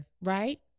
right